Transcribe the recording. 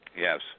yes